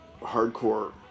hardcore